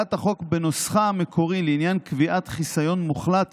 הצעת החוק בנוסחה המקורי בעניין קביעת חיסיון מוחלט